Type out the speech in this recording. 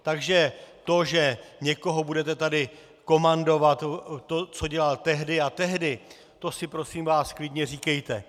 Takže to, že někoho budete tady komandovat, co dělal tehdy a tehdy, to si prosím vás klidně říkejte.